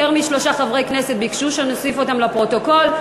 יותר משלושה חברי כנסת ביקשו שנוסיף אותם לפרוטוקול,